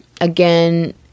again